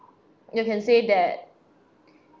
you can say that